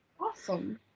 Awesome